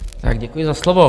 Děkuji za slovo.